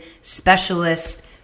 specialist